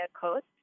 coast